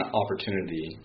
opportunity